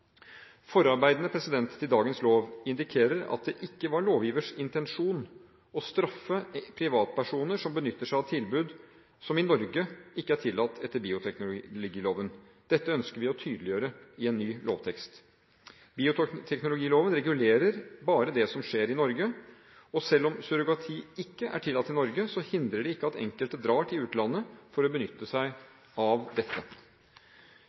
til dagens lov indikerer at det ikke var lovgivers intensjon å straffe privatpersoner som benytter seg av tilbud som i Norge ikke er tillatt etter bioteknologiloven. Dette ønsker vi å tydeliggjøre i ny lovtekst. Bioteknologiloven regulerer bare det som skjer i Norge. Selv om surrogati ikke er tillatt i Norge, hindrer det ikke at enkelte drar til utlandet for å benytte seg av dette.